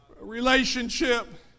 Relationship